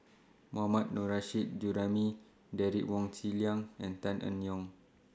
Mohammad Nurrasyid Juraimi Derek Wong Zi Liang and Tan Eng Yoon